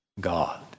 God